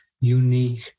unique